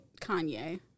Kanye